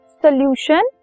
solution